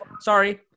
Sorry